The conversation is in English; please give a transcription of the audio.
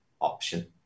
option